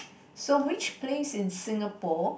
so which place in Singapore